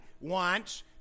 wants